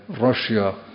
Russia